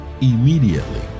immediately